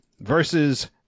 versus